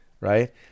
right